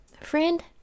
friend